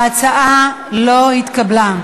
41. ההצעה לא התקבלה.